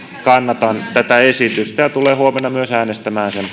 kannatan tätä esitystä ja tulen huomenna myös äänestämään sen